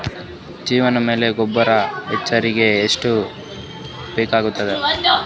ಬೇವಿನ ಎಲೆ ಗೊಬರಾ ಎಕರೆಗ್ ಎಷ್ಟು ಬೇಕಗತಾದ?